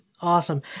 Awesome